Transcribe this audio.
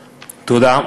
תודה.